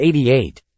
88